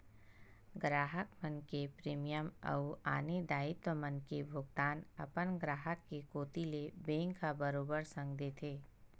गराहक मन के प्रीमियम अउ आने दायित्व मन के भुगतान अपन ग्राहक के कोती ले बेंक ह बरोबर संग देथे